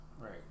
Right